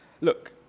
Look